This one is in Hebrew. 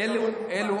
זה בעירבון מוגבל.